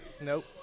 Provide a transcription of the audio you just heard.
Nope